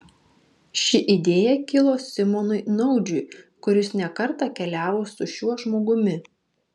ši idėja kilo simonui naudžiui kuris ne kartą keliavo su šiuo žmogumi